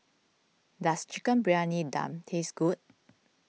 does Chicken Briyani Dum taste good